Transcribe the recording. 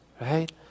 Right